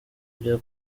bya